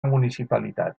municipalitat